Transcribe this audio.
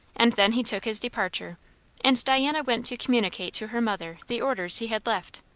and then he took his departure and diana went to communicate to her mother the orders he had left.